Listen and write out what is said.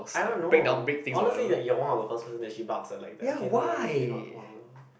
I don't know honestly you're you're one of the first person that she barks at like that okay no no you're not one